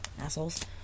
assholes